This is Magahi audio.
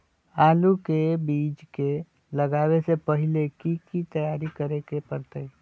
आलू के बीज के लगाबे से पहिले की की तैयारी करे के परतई?